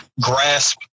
grasp